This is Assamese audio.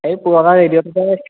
এই পুৰণা ৰেডিঅ'টোতে